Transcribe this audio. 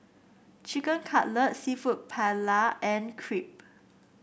Chicken Cutlet seafood Paella and Crepe